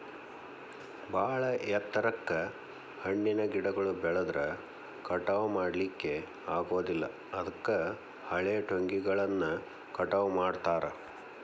ಬಾಳ ಎತ್ತರಕ್ಕ್ ಹಣ್ಣಿನ ಗಿಡಗಳು ಬೆಳದ್ರ ಕಟಾವಾ ಮಾಡ್ಲಿಕ್ಕೆ ಆಗೋದಿಲ್ಲ ಅದಕ್ಕ ಹಳೆಟೊಂಗಿಗಳನ್ನ ಕಟಾವ್ ಮಾಡ್ತಾರ